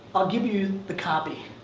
i'll give you the copy.